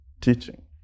teaching